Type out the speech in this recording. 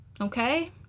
Okay